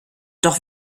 doch